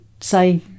say